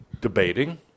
debating